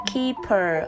Keeper